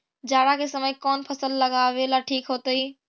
जाड़ा के समय कौन फसल लगावेला ठिक होतइ?